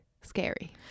scary